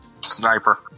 Sniper